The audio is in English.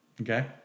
Okay